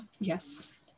yes